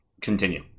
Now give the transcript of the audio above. Continue